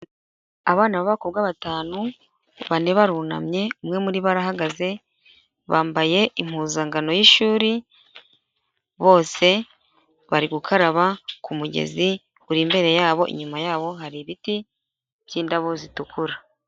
Abana b'abakobwa batanu, bane barunamye umwe muri bohagaze bambaye impuzangano y'ishuri bose bari gukaraba k'umugezi uri imbere yabo inyuma yabo hari ibiti byindabo zitukura.